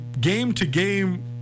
game-to-game